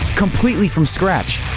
completely from scratch.